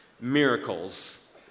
Miracles